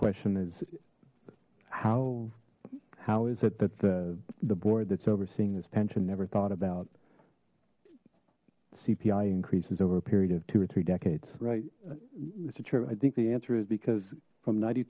question is how how is it that the the board that's overseeing this pension never thought about cpi increases over a period of two or three decades right it's a term i think the answer is because from ninety